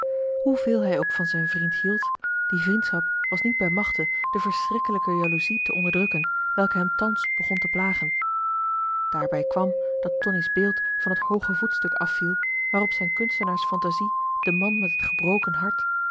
hoeveel hij ook van zijn vriend hield die vriendschap was niet bij machte de verschrikkelijke jaloezie te onderdrukken welke hem thans begon te plagen daarbij kwam dat tonie's beeld van het hooge voetstuk afviel waarop zijn kunstenaars fantasie den man met het gebroken hart